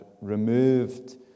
removed